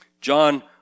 John